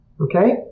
Okay